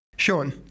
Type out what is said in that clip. Sean